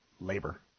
labor